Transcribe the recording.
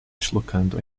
deslocando